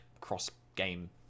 cross-game